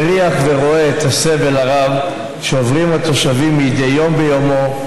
מריח ורואה את הסבל הרב שעוברים התושבים מדי יום ביומו,